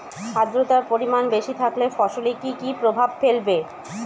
আদ্রর্তার পরিমান বেশি থাকলে ফসলে কি কি প্রভাব ফেলবে?